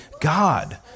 God